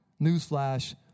Newsflash